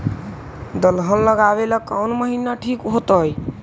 दलहन लगाबेला कौन महिना ठिक होतइ?